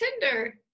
Tinder